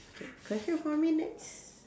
okay question for me next